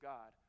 God